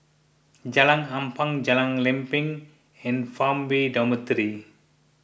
Jalan Ampang Jalan Lempeng and Farmway Dormitory